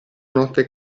notte